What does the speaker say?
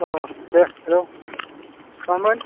अ' दे हेल' मामोन